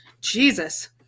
Jesus